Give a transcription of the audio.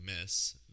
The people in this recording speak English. miss